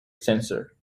sensor